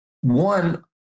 one